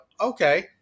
okay